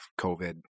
COVID